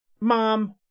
mom